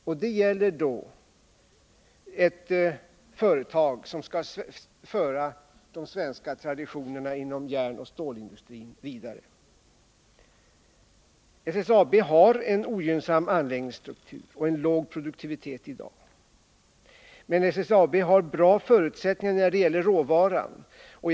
Och det gäller då ett företag som skall föra de svenska traditionerna inom järnoch stålindustrin vidare. SSAB har en ogynnsam anläggningsstruktur och en låg produktivitet i dag. Men SSAB har bra förutsättningar när det gäller råvaror.